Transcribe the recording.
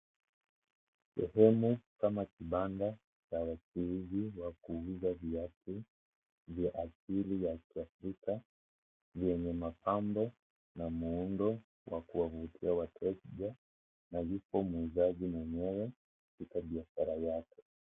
Sehemu kama kibanda za wachuuzi wa kuuza viatu vya asili ya kiafrika vyenye mapambo na muundo wa kuwavutia wateja na yupo muuzaji mwenyewe katika biashara yake.